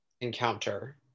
encounter